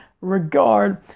regard